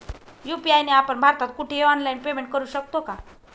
UPI ने आपण भारतात कुठेही ऑनलाईन पेमेंट करु शकतो का?